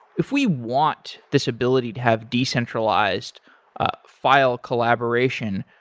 if we want this ability to have decentralized ah file collaboration,